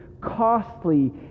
costly